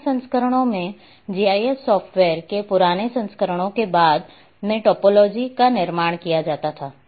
पुराने संस्करणों में जीआईएस सॉफ्टवेयर के पुराने संस्करणों को बाद में टोपोलॉजी का निर्माण किया जाता था